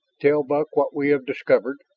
tell buck what we have discovered.